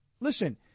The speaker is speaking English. listen